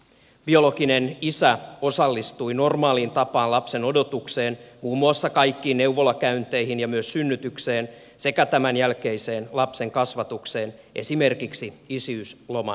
biologinen isä osallistui normaaliin tapaan lapsen odotukseen muun muassa kaikkiin neuvolakäynteihin ja myös synnytykseen sekä tämän jälkeiseen lapsen kasvatukseen esimerkiksi isyysloman muodossa